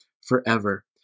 forever